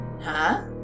Huh